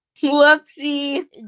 Whoopsie